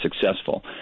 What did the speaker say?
successful